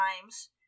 times